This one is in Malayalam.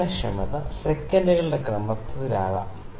സംവേദനക്ഷമത സെക്കന്റുകളുടെ ക്രമത്തിൽ ആകാം